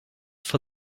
for